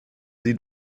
sie